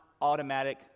automatic